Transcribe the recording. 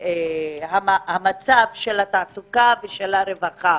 המצב של התעסוקה ושל הרווחה.